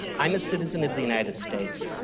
i am a citizen of the united states.